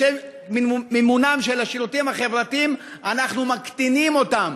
לשם מימון השירותים החברתיים, אנחנו מקטינים אותה.